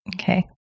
Okay